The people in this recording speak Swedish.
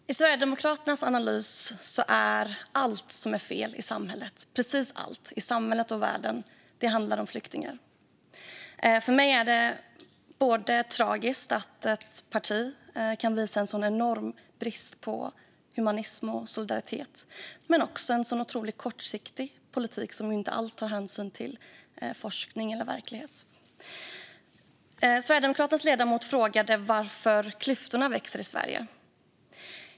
Fru talman! I Sverigedemokraternas analys handlar precis allt som är fel i samhället och i världen om flyktingar. Enligt mig är det tragiskt att ett parti både kan visa en sådan enorm brist på humanism och solidaritet och en otroligt kortsiktig politik som inte alls tar hänsyn till forskning eller verklighet. Sverigedemokraternas ledamot frågade varför klyftorna växer i Sverige.